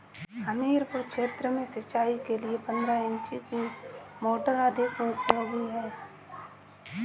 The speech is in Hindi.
हमीरपुर क्षेत्र में सिंचाई के लिए पंद्रह इंची की मोटर अधिक उपयोगी है?